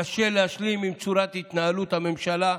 קשה להשלים עם צורת התנהלות הממשלה.